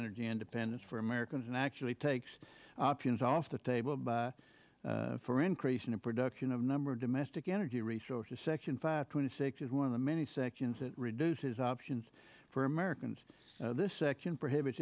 energy independence for americans and actually takes options off the table by for increasing the production of number of domestic energy resources section five twenty six is one of the many sections that reduces options for americans this section prohibits